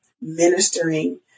ministering